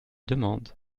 demande